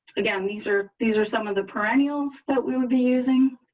again, these are, these are some of the perennials that we will be using